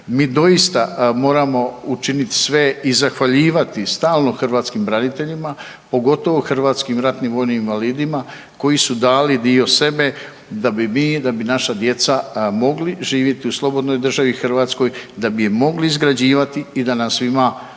Mi doista moramo učiniti sve i zahvaljivati stalno hrvatskim braniteljima pogotovo hrvatskim ratnim vojnim invalidima koji su dali dio sebe da bi mi, da bi naša djeca m mogli živjeti u slobodnoj državi Hrvatskoj, da bi je mogli izgrađivati i da nam svima bude